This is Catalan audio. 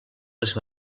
les